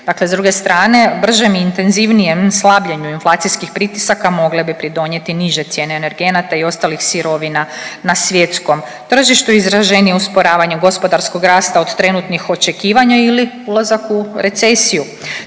Dakle, s druge strane bržem i intenzivnijem slabljenju inflacijskih pritisaka mogle bi pridonijeti niže cijene energenata i ostalih sirovina na svjetskom tržištu. Izraženije usporavanje gospodarskog rasta od trenutnih očekivanja ili ulazak u recesiju